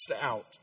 out